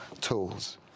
tools